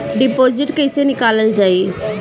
Deposit कैसे निकालल जाइ?